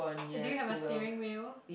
did you have a steering wheel